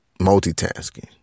multitasking